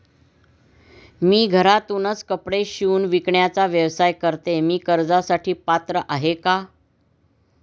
मी घरातूनच कपडे शिवून विकण्याचा व्यवसाय करते, मी कर्जासाठी पात्र आहे का?